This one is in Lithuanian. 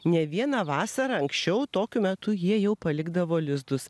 ne vieną vasarą anksčiau tokiu metu jie jau palikdavo lizdus